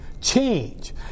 change